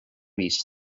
vist